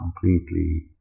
completely